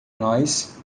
nós